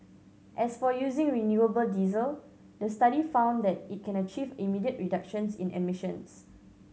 as for using renewable diesel the study found that it can achieve immediate reductions in emissions